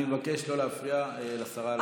אני מבקש לא להפריע לשרה לדבר.